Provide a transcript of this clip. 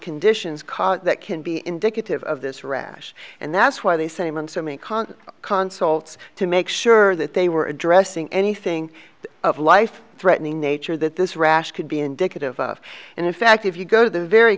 conditions cause that can be indicative of this rash and that's why the same and so many cons console's to make sure that they were addressing anything of life threatening nature that this rash could be indicative of and in fact if you go to the very